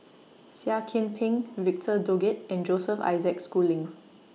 Seah Kian Peng Victor Doggett and Joseph Isaac Schooling